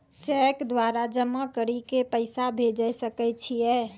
Cheque द्वारा जमा करि के पैसा भेजै सकय छियै?